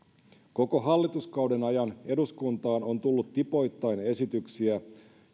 koko hallituskauden ajan eduskuntaan on tullut tipoittain esityksiä